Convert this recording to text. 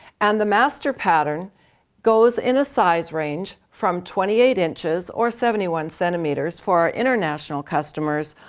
and the master pattern goes in a size range from twenty eight inches or seventy one centimeters, for our international customers,